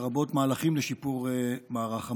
לרבות מהלכים לשיפור מערך המזון.